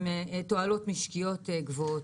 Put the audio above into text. יש לו תועלות משקיות גבוהות.